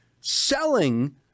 selling